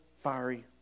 fiery